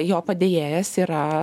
jo padėjėjas yra